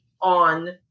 on